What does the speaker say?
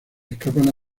escapan